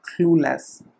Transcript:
clueless